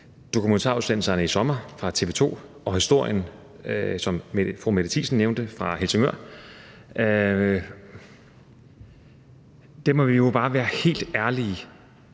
dokumentarudsendelserne i sommer fra TV 2 og historien, som fru Mette Thiesen nævnte, fra Helsingør. Der må vi jo bare være helt ærlige og